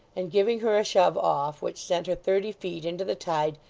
and giving her a shove off, which sent her thirty feet into the tide,